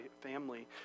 family